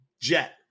jet